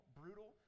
brutal